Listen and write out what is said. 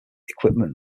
equipment